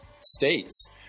states